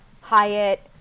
Hyatt